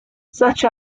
such